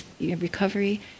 recovery